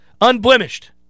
unblemished